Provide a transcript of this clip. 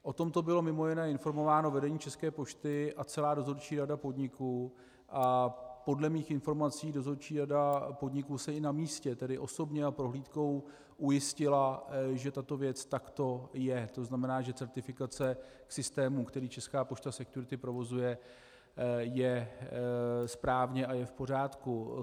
O tomto bylo mj. informováno vedení České pošty a celá dozorčí rada podniku a podle mých informací dozorčí rada podniku se i na místě, tedy osobně a prohlídkou, ujistila, že tato věc takto je, tzn. že certifikace systému, který Česká pošta Security provozuje, je správně a je v pořádku.